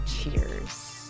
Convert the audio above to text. Cheers